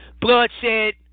bloodshed